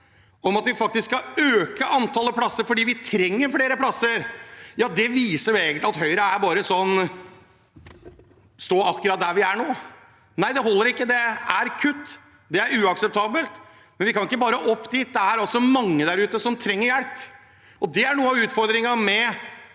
om at vi skal øke antall plasser, fordi vi trenger flere plasser, viser egentlig at Høyre bare vil stå akkurat der vi er nå. Det holder ikke. Det er kutt, og det er uakseptabelt, men vi kan ikke bare opp dit. Det er mange der ute som trenger hjelp. Det er noe av utfordringen med